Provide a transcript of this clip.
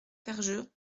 ferjeux